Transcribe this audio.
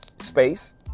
space